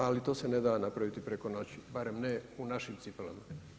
Ali to se ne da napraviti preko noći, barem ne u našim cipelama.